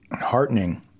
heartening